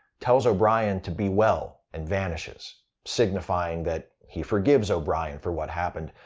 tells o'brien to be well, and vanishes, signifying that he forgives o'brien for what happened,